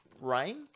rain